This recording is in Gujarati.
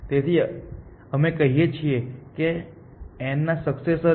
તેથી અમે કહીએ છીએ કે આ n ના સકસેસર છે